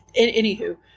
Anywho